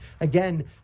again